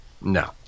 No